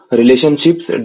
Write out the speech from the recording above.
relationships